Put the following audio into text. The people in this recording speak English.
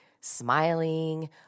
smiling